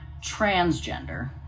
transgender